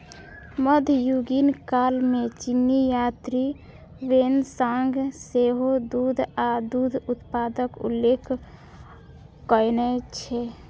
मध्ययुगीन काल मे चीनी यात्री ह्वेन सांग सेहो दूध आ दूध उत्पादक उल्लेख कयने छै